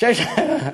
שישה חודשים.